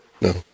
No